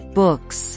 books